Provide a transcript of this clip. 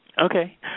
Okay